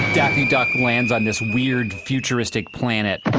daffy duck lands on this weird, futuristic planet.